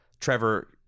trevor